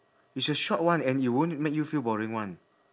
it's a short one and you won't make you feel boring one